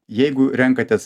jeigu renkatės